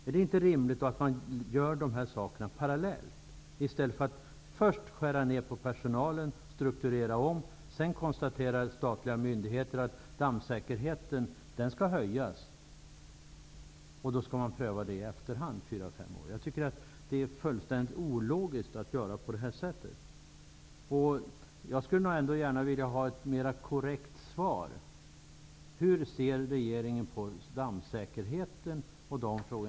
Är det inte rimligt att göra det parallellt, i stället för att först strukturera om och skära ner på personalen, och sedan konstaterar statliga myndigheter att dammsäkerheten skall höjas? Då skall det ju prövas fyra fem år i efterhand. Det är fullständligt ologiskt att göra på det sättet. Jag skulle vilja ha ett mera korrekt svar på hur regeringen ser på dammsäkerheten.